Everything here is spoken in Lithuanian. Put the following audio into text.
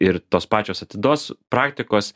ir tos pačios atidos praktikos